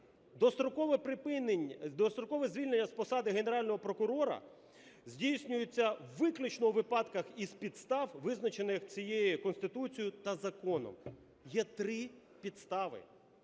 дострокове звільнення з посади Генерального прокурора здійснюється виключно у випадках і з підстав, визначених цією Конституцією та законом. Є три підстави: